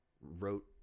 wrote